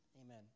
Amen